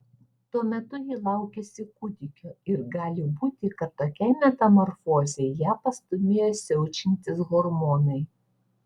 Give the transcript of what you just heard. tuo metu ji laukėsi kūdikio ir gali būti kad tokiai metamorfozei ją pastūmėjo siaučiantys hormonai